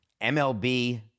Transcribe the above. MLB